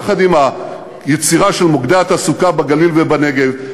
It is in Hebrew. יחד עם היצירה של מוקדי התעסוקה בגליל ובנגב,